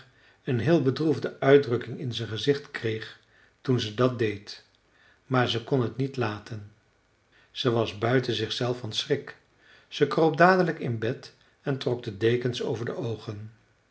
een heel bedroefde uitdrukking in zijn gezicht kreeg toen ze dat deed maar ze kon het niet laten ze was buiten zichzelf van schrik ze kroop dadelijk in bed en trok de dekens over de oogen